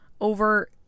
over